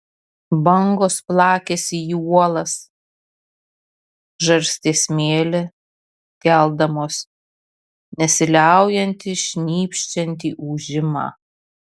bangos plakėsi į uolas žarstė smėlį keldamos nesiliaujantį šnypščiantį ūžimą